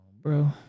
bro